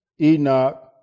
Enoch